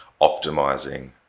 optimizing